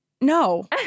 no